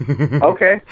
Okay